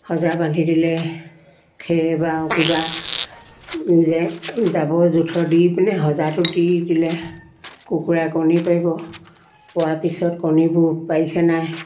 সজা বান্ধি দিলে খেৰ বা কিবা জোঁথৰ দি সজাটো দি দিলে কুকুৰাই কণী পাৰিব পৰাৰ পিছত কণীবোৰ পাৰিছে নাই